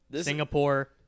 Singapore